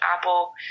Apple